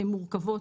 הן מורכבות.